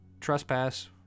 trespass